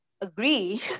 agree